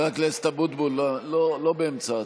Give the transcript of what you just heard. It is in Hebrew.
לא תקבלה.